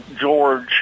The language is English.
George